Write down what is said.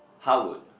how would